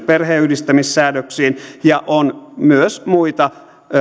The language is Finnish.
perheenyhdistämissäädöksiin ja on myös muita